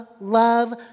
love